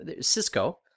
Cisco